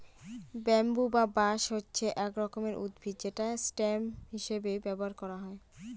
bamboo বা বাঁশ হচ্ছে এক রকমের উদ্ভিদ যেটা স্টেম হিসেবে ব্যবহার করা হয়